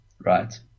Right